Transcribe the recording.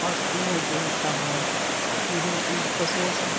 और वो जो होता है दूध उन पशुओं से